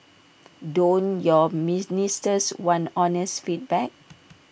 don't your ministers want honest feedback